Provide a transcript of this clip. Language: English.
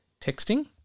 texting